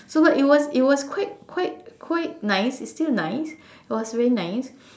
so but it was it was quite quite quite nice it's still nice it was very nice